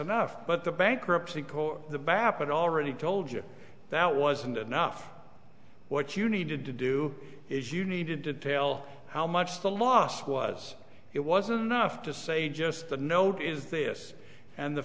enough but the bankruptcy court the bapak already told you that wasn't enough what you needed to do is you needed to tell how much the last was it wasn't enough to say just the note is this and the